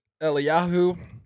Eliyahu